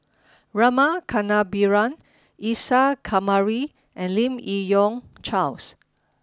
Rama Kannabiran Isa Kamari and Lim Yi Yong Charles